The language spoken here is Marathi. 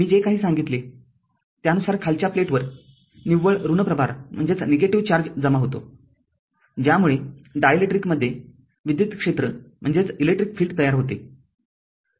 मी जे काही सांगितले त्यानुसार खालच्या प्लेटवर निव्वळ ऋण प्रभार जमा होतो ज्यामुळे डायलेक्ट्रिकमध्ये विद्युत क्षेत्र तयार होते